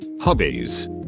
hobbies